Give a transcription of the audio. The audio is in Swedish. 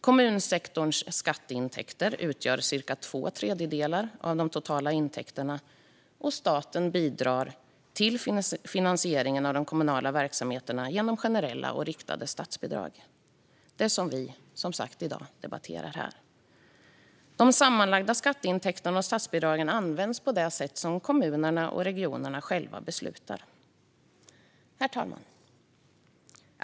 Kommunsektorns skatteintäkter utgör cirka två tredjedelar av de totala intäkterna, och staten bidrar till finansieringen av de kommunala verksamheterna genom generella och riktade statsbidrag. Det är alltså detta som vi debatterar här i dag. De sammanlagda skatteintäkterna och statsbidragen används på det sätt som kommunerna och regionerna själva beslutar. Herr talman!